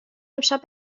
امشب